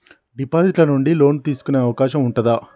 Deposit ల నుండి loan తీసుకునే అవకాశం ఉంటదా?